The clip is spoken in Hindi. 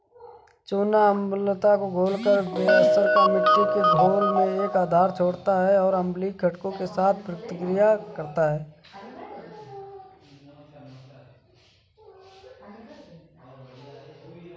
चूना अम्लता को घोलकर बेअसर कर मिट्टी के घोल में एक आधार छोड़ता है जो अम्लीय घटकों के साथ प्रतिक्रिया करता है